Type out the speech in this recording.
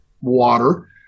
water